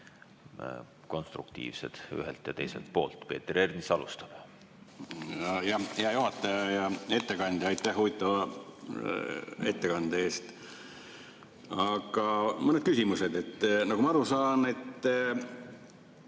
konstruktiivsed ühelt ja teiselt poolt. Peeter Ernits alustab. Hea juhataja! Hea ettekandja, aitäh huvitava ettekande eest! Aga mõned küsimused. Nagu ma aru saan,